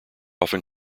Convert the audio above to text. often